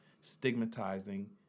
stigmatizing